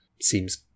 seems